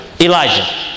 Elijah